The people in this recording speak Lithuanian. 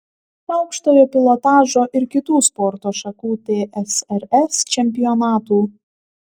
aukštojo pilotažo ir kitų sporto šakų tsrs čempionatų